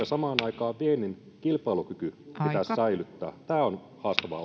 samaan aikaan viennin kilpailukyky pitäisi säilyttää tämä on haastava